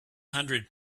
hundred